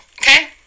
okay